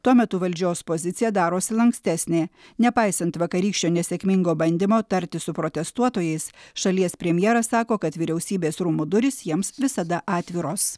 tuo metu valdžios pozicija darosi lankstesnė nepaisant vakarykščio nesėkmingo bandymo tartis su protestuotojais šalies premjeras sako kad vyriausybės rūmų durys jiems visada atviros